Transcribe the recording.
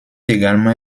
également